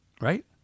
right